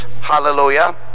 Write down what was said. hallelujah